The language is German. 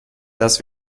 das